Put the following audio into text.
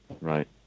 right